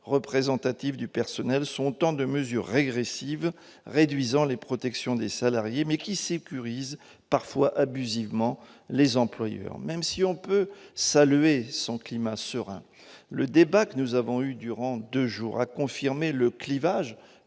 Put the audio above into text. représentatives du personnel sont autant de mesures régressives qui réduisent les protections des salariés et sécurisent, parfois abusivement, les employeurs. Même si l'on peut saluer son climat serein, le débat que nous avons eu durant deux jours a confirmé le clivage